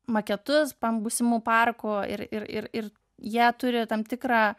maketus pam būsimų parkų ir ir ir jie turi tam tikrą